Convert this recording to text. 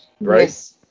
right